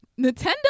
Nintendo